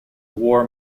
war